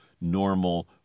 normal